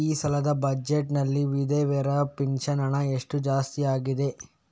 ಈ ಸಲದ ಬಜೆಟ್ ನಲ್ಲಿ ವಿಧವೆರ ಪೆನ್ಷನ್ ಹಣ ಎಷ್ಟು ಜಾಸ್ತಿ ಆಗಿದೆ?